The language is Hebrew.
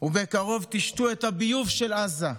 ובקרוב תשתו את הביוב של עזה.